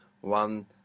one